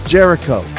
Jericho